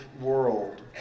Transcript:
world